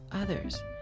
others